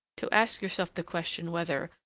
to ask yourself the question, whether,